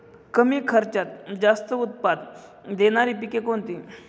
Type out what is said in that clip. कमी खर्चात जास्त उत्पाद देणारी पिके कोणती?